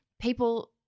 people